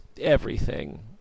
everything